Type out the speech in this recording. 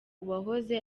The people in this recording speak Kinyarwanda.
uwahoze